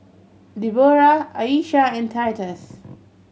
Debora Ayesha and Titus